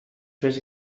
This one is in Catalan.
fes